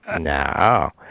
no